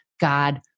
God